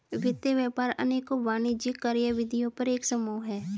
वित्त व्यापार अनेकों वाणिज्यिक कार्यविधियों का एक समूह है